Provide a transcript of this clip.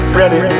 ready